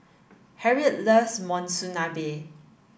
Harriet loves Monsunabe